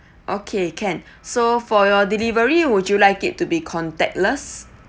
okay can so for your delivery would you like it to be contactless